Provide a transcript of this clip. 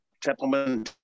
Templeman